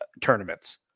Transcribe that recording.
tournaments